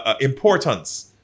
importance